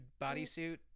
bodysuit